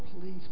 please